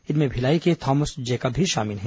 इनमें भिलाई के Thomas Jacob भी शामिल हैं